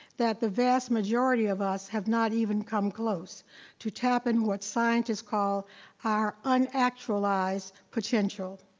that the vast majority of us have not even come close to tapping what scientists call our unactualized potential.